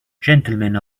gentlemen